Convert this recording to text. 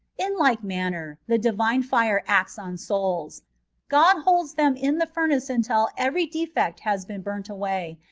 in like manner the divine fire acts on souls god holds them in the fumace until every defect has been bumt away,